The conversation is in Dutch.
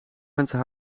mensen